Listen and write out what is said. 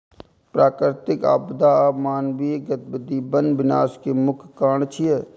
प्राकृतिक आपदा आ मानवीय गतिविधि वन विनाश के मुख्य कारण छियै